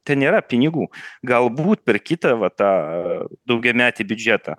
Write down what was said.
ten nėra pinigų galbūt per kitą va tą daugiametį biudžetą